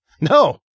No